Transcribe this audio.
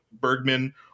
Bergman